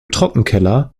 trockenkeller